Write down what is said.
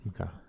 okay